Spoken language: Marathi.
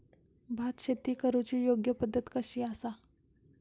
भात शेती करुची योग्य पद्धत कशी आसा?